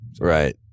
Right